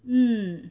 mm